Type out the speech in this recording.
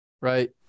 Right